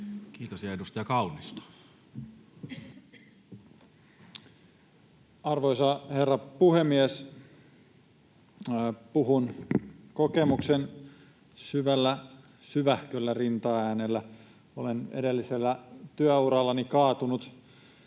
Time: 19:46 Content: Arvoisa herra puhemies! Puhun kokemuksen syvähköllä rintaäänellä. Olen edellisellä työurallani kaatunut